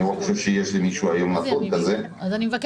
ואני לא חושב שיש למישהו נתון כזה היום.